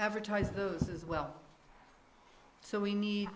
advertise those as well so we need